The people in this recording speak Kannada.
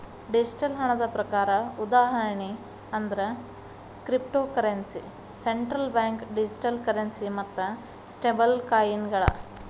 ಡಿಜಿಟಲ್ ಹಣದ ಪ್ರಕಾರ ಉದಾಹರಣಿ ಅಂದ್ರ cryptocurrency, central bank digital currency ಮತ್ತ ಸ್ಟೇಬಲ್ಕಾಯಿನ್ಗಳ